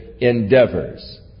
Endeavors